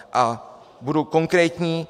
A budu konkrétní.